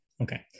Okay